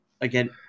Again